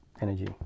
energy